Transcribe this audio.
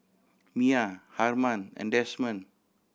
Miah Harman and Desmond